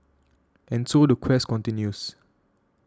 and so the quest continues